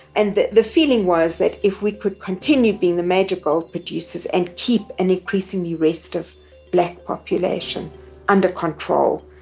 and the the feeling was that if we could continue being the major gold producers, and keep an increasing the rest of black population under control,